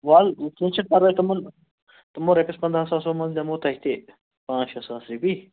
وولہٕ یِتھٕ کٔنۍ چھا پرواے تِمو رۄپیو پنٛداہو ساسو منٛز دمہو تۄہہِ تہِ پانٛژھ شےٚ ساس رۄپیہِ